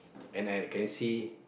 and I can see